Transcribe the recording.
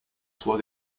sua